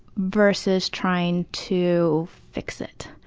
versus trying to fix it.